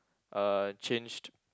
uh changed